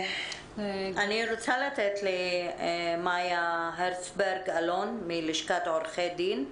אני רוצה לתת למאיה הרצברג אלון מלשכת עורכי הדין.